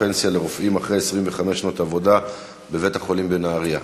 פנסיה לרופאים אחרי 25 שנות עבודה בבית-החולים בנהריה.